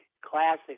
classic